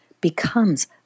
becomes